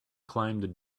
climbed